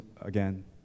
again